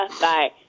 Bye